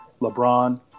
LeBron